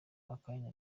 akanya